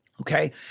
Okay